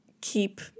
keep